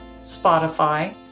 Spotify